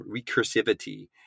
recursivity